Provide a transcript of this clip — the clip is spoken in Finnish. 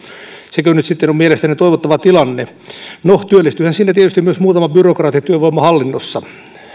sekö nyt sitten on mielestänne toivottava tilanne no työllistyyhän siinä tietysti myös muutama byrokraatti työvoimahallinnossa